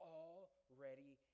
already